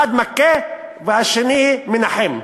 אחד מכה והשני מנחם.